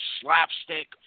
slapstick